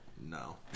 No